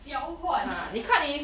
交换